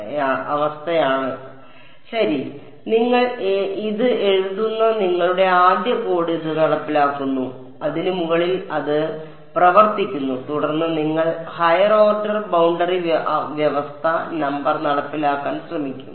അതിനാൽ നിങ്ങൾ ഇത് എഴുതുന്ന നിങ്ങളുടെ ആദ്യ കോഡ് ഇത് നടപ്പിലാക്കുന്നു അതിന് മുകളിൽ അത് പ്രവർത്തിക്കുന്നു തുടർന്ന് നിങ്ങൾ ഹയർ ഓർഡർ ബൌണ്ടറി വ്യവസ്ഥ നമ്പർ നടപ്പിലാക്കാൻ ശ്രമിക്കും